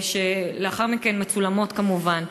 שלאחר מכן מצולמות כמובן.